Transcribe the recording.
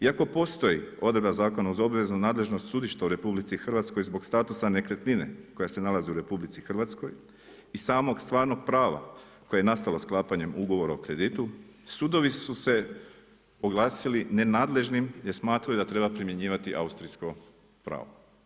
Iako postoji odredba zakona o obveznu nadležnost sudišta u RH zbog statusa nekretnine, koja se nalazi u RH, i samog stvarnog prava koje je nastalo sklapanjem ugovora o kreditu, sudovi su se oglasili nenadležnim jer smatraju da treba primjenjivati austrijsko pravo.